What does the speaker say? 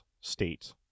state